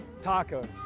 tacos